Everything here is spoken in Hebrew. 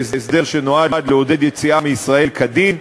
זה הסדר שנועד לעודד יציאה מישראל כדין,